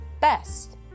best